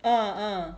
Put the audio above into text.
uh uh